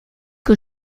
que